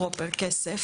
כסף,